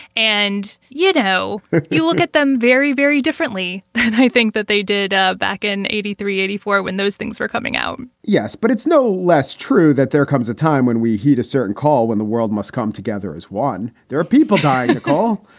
and, you know, if you look at them very, very differently and i think that they did ah back in eighty three, eighty four when those things were coming out yes. but it's no less true that there comes a time when. we hit a certain call when the world must come together as one. there are people dying. well,